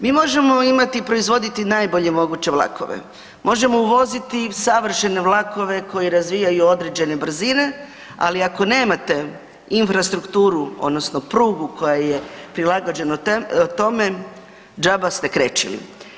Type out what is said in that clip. Mi možemo imati i proizvoditi najbolje moguće vlakove, možemo uvoziti savršene vlakove koji razvijaju određene brzine, ali ako nemate infrastrukturu odnosno prugu koja je prilagođena tome, džaba ste krečili.